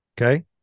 Okay